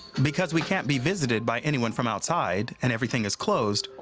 because we can't be visited by anyone from outside and everything is closed,